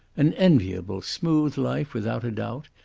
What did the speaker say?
an enviable, smooth life without a doubt,